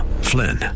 Flynn